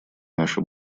наше